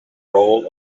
role